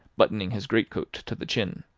buttoning his great-coat to the chin.